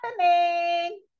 happening